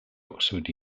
oxford